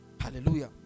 Hallelujah